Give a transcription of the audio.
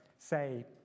say